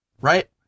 right